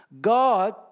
God